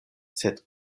sed